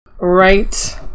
Right